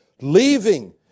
leaving